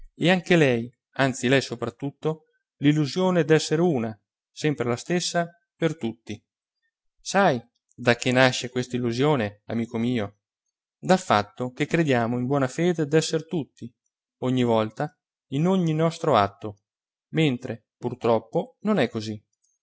e anche lei anzi lei soprattutto l'illusione d'esser una sempre la stessa per tutti sai da che nasce questa illusione amico mio dal fatto che crediamo in buona fede d'esser tutti ogni volta in ogni nostro atto mentre purtroppo non è così